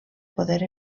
poder